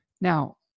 Now